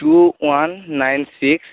two one nine six